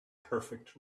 perfect